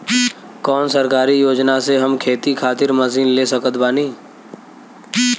कौन सरकारी योजना से हम खेती खातिर मशीन ले सकत बानी?